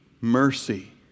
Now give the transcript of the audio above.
mercy